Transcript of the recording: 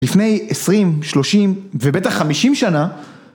לפני עשרים, שלושים, ובטח חמישים שנה